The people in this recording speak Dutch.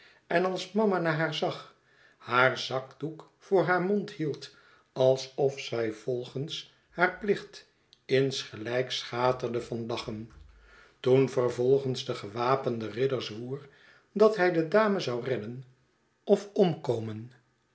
en als mama naar haar zag haar zakdoek voor haar mond hield alsof zij volgens haar plicht insgelijks schaterde van lachen toen vervolgens de gewapende ridder zwoer dat hij de dame zou redden of omkomen